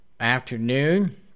Afternoon